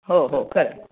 हो हो खरं